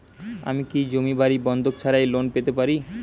আমি কি জমি বাড়ি বন্ধক ছাড়াই লোন পেতে পারি?